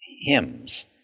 hymns